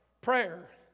prayer